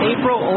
April